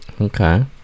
okay